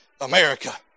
America